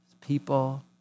people